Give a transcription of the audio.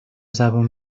زبون